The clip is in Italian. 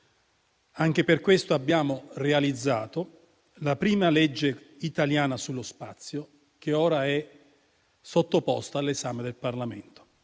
anche per questo abbiamo realizzato la prima legge italiana sullo spazio, che ora è sottoposta all'esame del Parlamento;